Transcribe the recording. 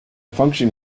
function